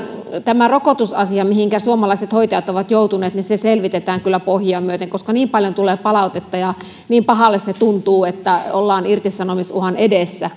tämä rokotusasia mihinkä suomalaiset hoitajat ovat joutuneet selvitetään kyllä pohjia myöten koska niin paljon tulee palautetta ja niin pahalle se tuntuu että ollaan irtisanomisuhan edessä